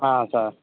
sir